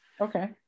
Okay